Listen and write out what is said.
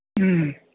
ꯎꯝ